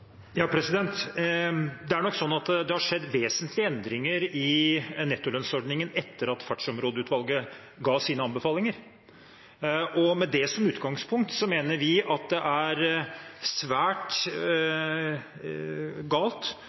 Det har nok skjedd vesentlige endringer i nettolønnsordningen etter at Fartsområdeutvalget ga sine anbefalinger. Med det som utgangspunkt mener vi at det er svært galt